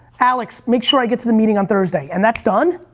alex, make sure i get to the meeting on thursday, and that's done?